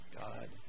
God